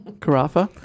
Carafa